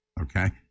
Okay